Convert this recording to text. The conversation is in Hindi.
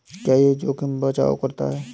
क्या यह जोखिम का बचाओ करता है?